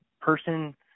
Person